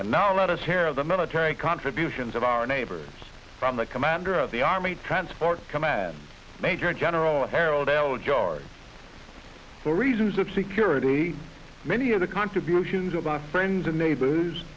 and now let us hear of the military contributions of our neighbors from the commander of the army transport command major general harold dale jr for reasons of security many of the contributions of our friends and neighbors